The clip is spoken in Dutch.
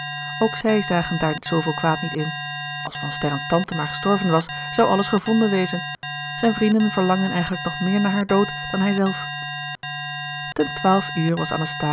ook zij zagen daar zooveel kwaad niet in als van sterrens tante maar gestorven was zou alles gevonden wezen zijn vrienden verlangden eigenlijk nog meer naar haar dood dan hij zelf ten twaalf uur was